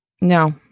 No